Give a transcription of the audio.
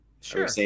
Sure